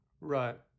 Right